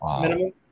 minimum